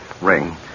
ring